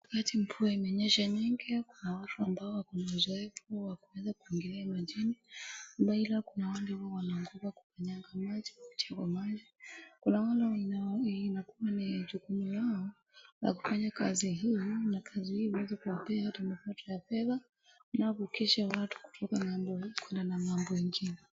Wakati mvua imesha nyingi kuna watu ambao wamezoea kuweza kuogelea majini. mbali na kuna wale ambao wanaogopa kukanyanga maji kwa kutia kwa maji. kuna wale inakuwa ni jukumu lao la kufanya kazi hii na kazi hii iweze kuwapea hata mapato ya fedha na kuvukisha watu kutoka ngambo hii kwenda ngambo ingine.